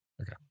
Okay